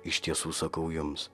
iš tiesų sakau jums